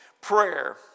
prayer